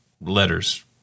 letters